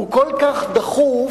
הוא כל כך דחוף,